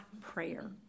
prayer